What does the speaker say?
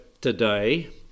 today